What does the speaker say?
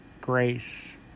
grace